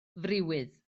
friwydd